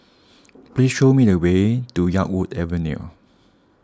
please show me the way to Yarwood Avenue